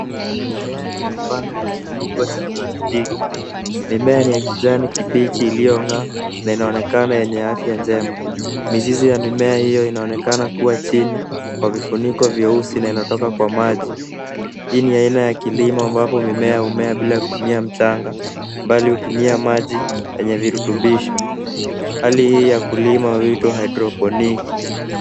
Mimea imepandwa kwa kifuniko cha plastiki. Mimea ni ya kijani kibichi iliyongaa na inaonekana yenye afya njema. Mizizi ya mimea hiyo inaonekana kuwa chini kwa vifuniko vyeusi na inatoka kwa maji. Hii ni aina ya kilimo ambapo mimea humea bila kutumia mchanga bali hutumia maji yenye virutubisho. Hali hii ya kulima huitwa hydroponic .